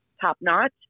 top-notch